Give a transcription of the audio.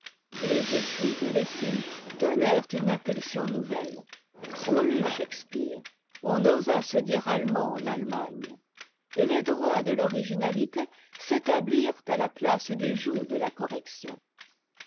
les écrits de lessing donnèrent une impulsion nouvelle on lut shakspeare on osa se dire allemand en allemagne et les droits de l'originalité s'établirent à la place du joug de la correction